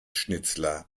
schnitzler